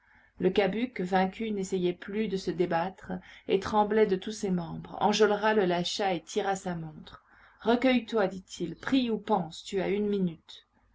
le cabuc vaincu n'essayait plus de se débattre et tremblait de tous ses membres enjolras le lâcha et tira sa montre recueille-toi dit-il prie ou pense tu as une minute